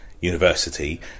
university